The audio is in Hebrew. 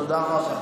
תודה רבה.